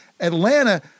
Atlanta